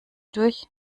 durch